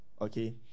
Okay